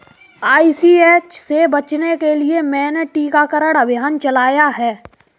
ICH से बचने के लिए मैंने टीकाकरण अभियान चलाया है